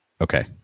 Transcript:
okay